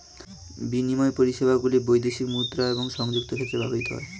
বিনিময় পরিষেবাগুলি বৈদেশিক মুদ্রা এবং সংযুক্ত ক্ষেত্রে ব্যবহৃত হয়